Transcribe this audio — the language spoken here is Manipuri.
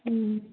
ꯎꯝ